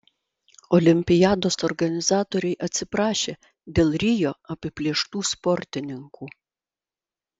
olimpiados organizatoriai atsiprašė dėl rio apiplėštų sportininkų